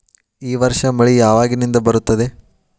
ಈ ವರ್ಷ ಮಳಿ ಯಾವಾಗಿನಿಂದ ಬರುತ್ತದೆ?